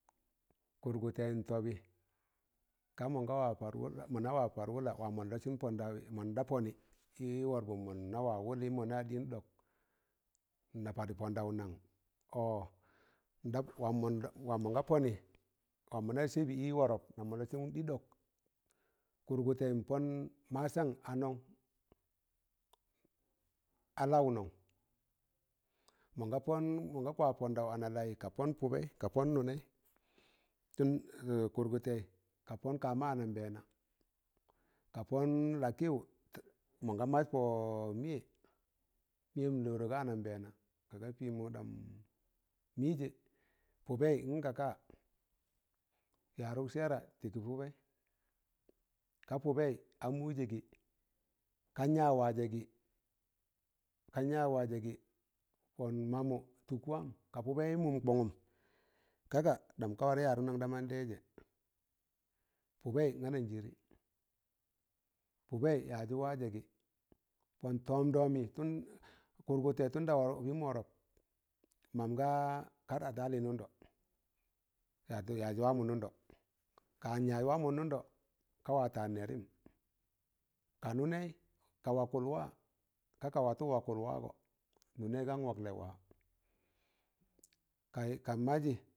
Kụrgụtẹ n'tọbị ka mọn ga wa mọ na wa par wụla wam mọn lọsịn pọndọwị, mon ɗa pọnị ị wọrpụn mọ na wa wụlị mọ na ɗịn ɗọk, na parọ pọndaụ nan? ọ n'ɗa wam mọnga pọnị, wam mọ na sẹbị i, wọrọp nam mọn lọsịn ɗị ɗọk, kụrgụtẹ n'pọn masan a nọn? a laụ nọn? mọn ga kwa pọndau ana laịyị, ka pọn pụbẹị ka pọn nụnẹị tun kụrgụtẹị ka pọn ka- ma anambẹẹna ka pọn lakịyụ mọnga maz pọ mịyẹ meyẹm lọrọ ga anambẹẹna ka pịmọ ɗam mịjẹ, pụbẹị ngaka? yarụk sẹẹra tịkị pụbẹị, ka pụbẹị a mụjẹ gị kan ya wajẹ gị, kan ya wajẹ gị, pọn mamụ tụkwam ka pụbẹị mụm kọngụm, ka ka ɗam ka warẹ yaz nan da man taịzẹ, pụbẹị a ananjịrị pụbẹị ya ji wajẹ gị pọn tọọmɗọmị tun 'kụrgụtẹ tunda obimm wọrọp mam ga kar ad hali nụndọ, ka wa an yaz wa mọ nụndọ kawa taan nẹrịm ka nụnẹị ka wakụl wa ka'ka watụ wakụl waa gọ, nụnẹị gan wakul wa. Ka ka mazị